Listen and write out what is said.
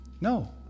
No